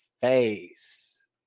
face